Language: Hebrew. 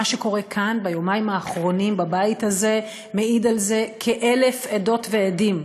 מה שקורה כאן ביומיים האחרונים בבית הזה מעיד על זה כאלף עדות ועדים.